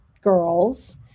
girls